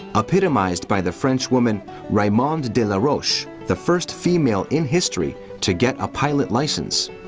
epitomised by the french woman raymonde de laroche, the first female in history to get a pilot license.